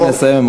רק לסיים.